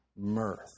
mirth